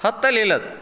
ಹತ್ತಲಿಲ್ಲ ಅದು